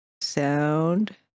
Sound